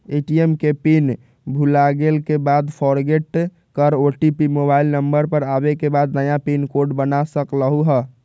ATM के pin भुलागेल के बाद फोरगेट कर ओ.टी.पी मोबाइल नंबर पर आवे के बाद नया पिन कोड बना सकलहु ह?